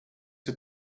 het